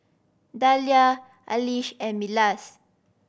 Dalia and Milas